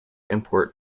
import